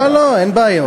לא, לא, אין בעיות.